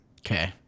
Okay